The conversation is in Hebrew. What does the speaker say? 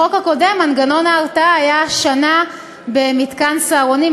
בחוק הקודם מנגנון ההרתעה היה שנה במתקן "סהרונים",